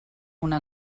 una